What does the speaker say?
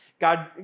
God